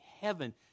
heaven